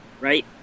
Right